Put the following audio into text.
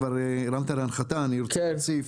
כבר הרמת להנחתה אז אני אציף.